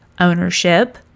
ownership